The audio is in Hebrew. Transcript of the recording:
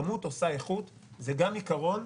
כמות עושה איכות, זה גם עיקרון.